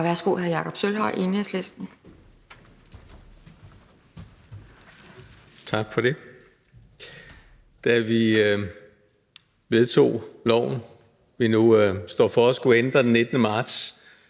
(Ordfører) Jakob Sølvhøj (EL): Tak for det. Da vi vedtog loven, vi nu står over for at skulle ændre, den 19. marts,